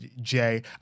Jay